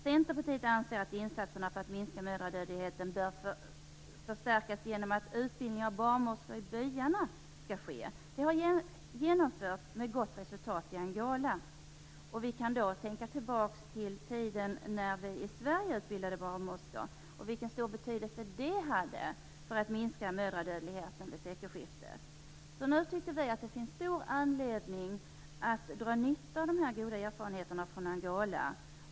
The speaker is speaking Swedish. Centerpartiet anser att dessa insatser skall förstärkas genom utbildning av barnmorskor i byarna. Detta har genomförts med gott resultat i Angola. Vi kan tänka oss tillbaka till den tiden när vi i Sverige utbildade våra barnmorskor, och vilken stor betydelse det hade för att minska mödradödligheten vid sekelskiftet. Det finns alltså stor anledning att dra nytta av de goda erfarenheterna från Angola.